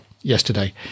yesterday